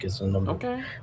Okay